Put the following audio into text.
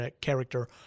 character